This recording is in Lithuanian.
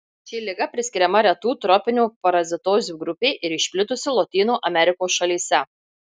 ši liga priskiriama retų tropinių parazitozių grupei ir išplitusi lotynų amerikos šalyse